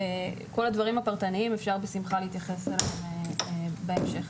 כל הדברים הפרטניים, אפשר להתייחס אליהם בהמשך.